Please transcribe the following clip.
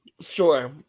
Sure